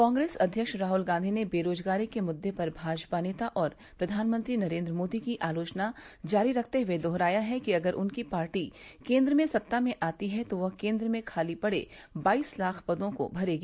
कांग्रेस अध्यक्ष राहल गांधी ने बेरोजगारी के मुद्दे पर भाजपा नेता और प्रधानमंत्री नरेन्द्र मोदी की आलोचना जारी रखते हए दोहराया है कि अगर उनकी पार्टी केन्द्र में सत्ता में आतो है तो वह केन्द्र में खाली पड़े बाईस लाख पदों को भरेगी